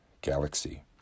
galaxy